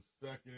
second